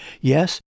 Yes